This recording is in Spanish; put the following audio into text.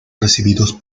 recibidos